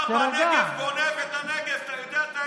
אתה בנגב גונב את הנגב, אתה יודע את האמת.